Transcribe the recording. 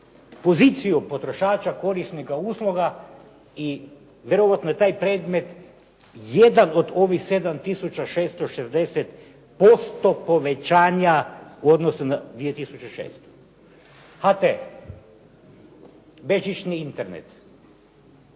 poziciju potrošača korisnika usluga i vjerojatno je taj predmet jedan od ovih 7660% povećanja u odnosu na 2006. HT, bežični internet,